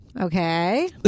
Okay